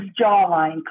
jawline